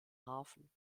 hafen